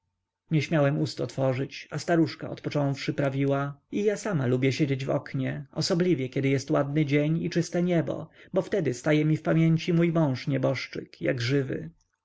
nie śmiałem ust otworzyć a staruszka odpocząwszy prawiła i ja sama lubię siedzieć w oknie osobliwie kiedy jest ładny dzień i czyste niebo bo wtedy staje mi w pamięci mój mąż nieboszczyk jak żywy